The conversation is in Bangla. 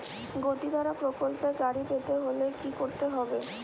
গতিধারা প্রকল্পে গাড়ি পেতে হলে কি করতে হবে?